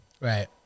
right